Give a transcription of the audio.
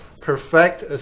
perfect